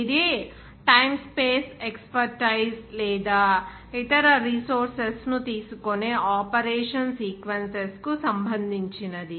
ఇది time space expertise లేదా ఇతర రిసోర్సెస్ ను తీసుకునే ఆపరేషన్ సీక్వెన్సెస్ కు సంబంధించినది